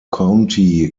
county